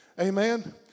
amen